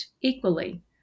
equally